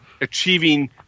achieving